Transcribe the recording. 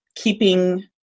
keeping